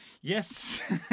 Yes